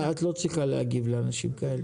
את לא צריכה להגיב לאנשים כאלו,